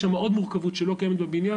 יש כאן עוד מורכבות שלא קיימת בבניין,